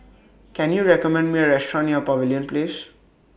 Can YOU recommend Me A Restaurant near Pavilion Place